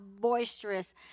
boisterous